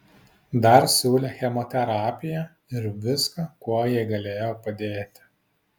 dar siūlė chemoterapiją ir viską kuo jai galėjo padėti